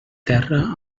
terra